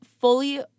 fully